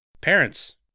Parents